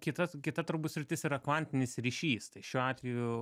kitas kita turbūt sritis yra kvantinis ryšys tai šiuo atveju